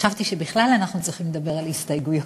חשבתי שבכלל אנחנו צריכים לדבר על הסתייגויות,